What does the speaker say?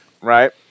right